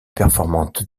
performantes